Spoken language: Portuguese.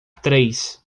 três